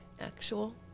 Actual